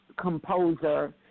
composer